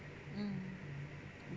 mm